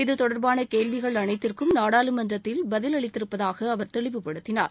இத்தொடர்பான கேள்விகள் அனைத்திற்கும் நாடாளுமன்றத்தில் பதில் அளித்திருப்பதாக அவர் தெளிவுப்படுத்தினார்